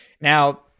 Now